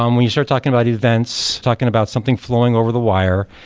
um when you start talking about events, talking about something flowing over the wire,